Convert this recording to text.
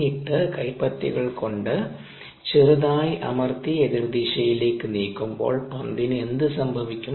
എന്നിട്ട് കൈപ്പത്തികൽകൊണ്ട് ചെറുതായി അമർത്തി എതിർദിശയിലേക്ക് നീക്കുമ്പോൾ പന്തിന് എന്ത് സംഭവിക്കും